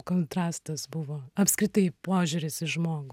kontrastas buvo apskritai požiūris į žmogų